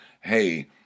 hey